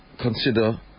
consider